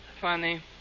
Funny